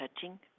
touching